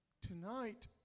Tonight